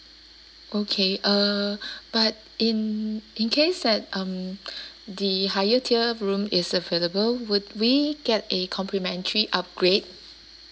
okay uh but in in case at um the higher tier room is available would we get a complimentary upgrade